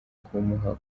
kumuha